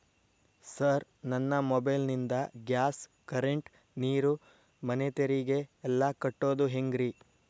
Sir ನನ್ನ mobile ನಿಂದ gas, current, ನೇರು, ಮನೆ ತೆರಿಗೆ ಎಲ್ಲಾ ಕಟ್ಟೋದು ಹೆಂಗ್ರಿ?